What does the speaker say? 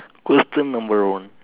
question number one